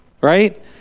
right